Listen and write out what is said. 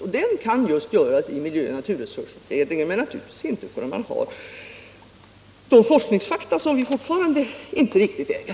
Den avvägningen kan göras i just naturresursoch miljöutredningen, men naturligtvis inte förrän vi har tillgång till de forskningsfakta som vi fortfarande inte riktigt äger.